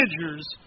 managers